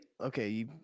okay